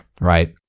right